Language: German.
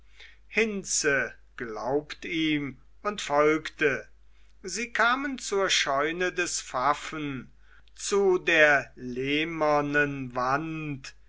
hinze glaubt ihm und folgte sie kamen zur scheune des pfaffen zu der lehmernen wand